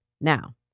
Now